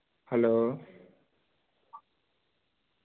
hello